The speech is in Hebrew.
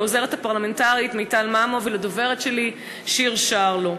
לעוזרת הפרלמנטרית מיטל ממו ולדוברת שלי שיר שרלו.